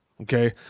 Okay